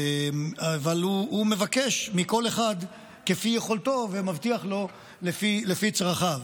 אבל הוא מבקש מכל אחד כפי יכולתו ומבטיח לו לפי צרכיו,